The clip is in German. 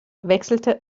wechselte